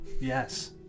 Yes